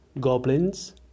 goblins